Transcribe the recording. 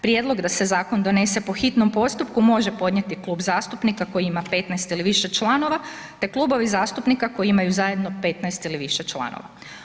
Prijedlog da se zakon donese po hitnom postupku može podnijeti klub zastupnika koji ima 15 ili više članova te klubovi zastupnika koji imaju 15 ili više članova.